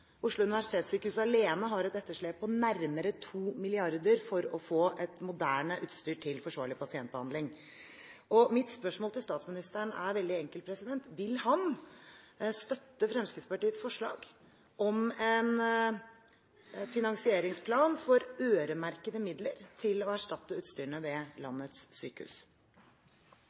Oslo universitetssykehus alene har et etterslep på nærmere 2 mrd. kr for å få moderne utstyr til forsvarlig pasientbehandling. Mitt spørsmål til statsministeren er veldig enkelt: Vil han støtte Fremskrittspartiets forslag om en finansieringsplan med øremerkede midler til å erstatte utstyret ved landets sykehus?